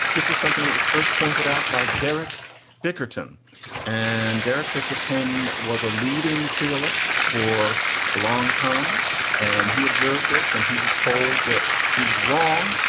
this is something that was first pointed out by derek bickerton and derek bickerton was a leading creole list for a long time and he observed this and he was told that he was wrong.